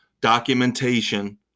documentation